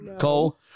Cole